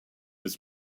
his